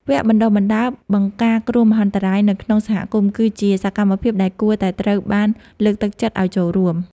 វគ្គបណ្តុះបណ្តាលបង្ការគ្រោះមហន្តរាយនៅក្នុងសហគមន៍ គឺជាសកម្មភាពដែលគួរតែត្រូវបានលើកទឹកចិត្តឱ្យចូលរួម។